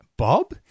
Bob